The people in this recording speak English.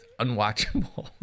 unwatchable